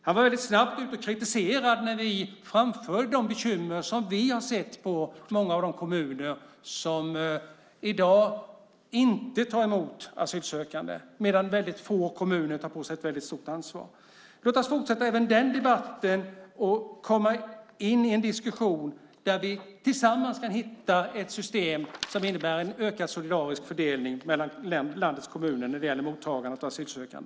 Han var snabbt ute och kritiserade när vi framförde de bekymmer vi har för att många kommuner i dag inte tar emot asylsökande, medan några få kommuner tar på sig ett mycket stort ansvar. Låt oss fortsätta även den debatten och komma in i en diskussion där vi tillsammans kan hitta ett system som innebär en ökad solidarisk fördelning mellan landets kommuner när det gäller mottagandet av asylsökande.